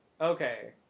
okay